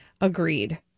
Agreed